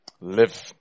live